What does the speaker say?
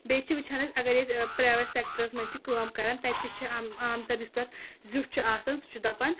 بیٚیہِ چھِ وٕچھان أسۍ اَگر أسۍ پریویٹ سیٚکٹرَس منٛز چھِ کٲم کران تَتہِ تہِ چھِ عم عام تر یُس تتھ زِیُٹھ چھُ آسان سُہ چھُ دَپان